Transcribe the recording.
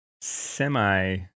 semi